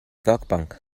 werkbank